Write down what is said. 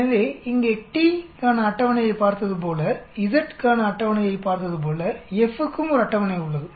எனவே இங்கே t க்கான அட்டவணையைப் பார்த்தது போல z க்கான அட்டவணையைப் பார்த்தது போல F க்கும் ஒரு அட்டவணை உள்ளது